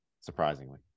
surprisingly